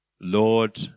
Lord